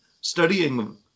studying